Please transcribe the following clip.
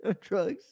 Drugs